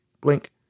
blink